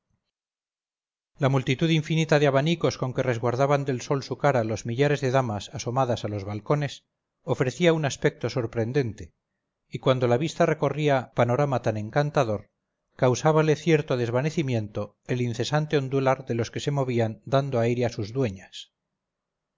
la multitud infinita de abanicos con que resguardaban del sol su cara los millares de damas asomadas a los balcones ofrecía un aspecto sorprendente y cuando la vista recorría panorama tan encantador causábale cierto desvanecimiento el incesante ondular de los que se movían dando aire a sus dueñas